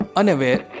unaware